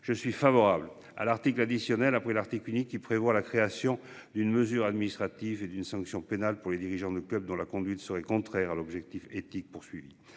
je suis favorable à l'article additionnel après l'article unique qui prévoit la création d'une mesure administrative et d'une sanction pénale pour les dirigeants de clubs dans la conduite serait contraire à l'objectif éthique poursuivi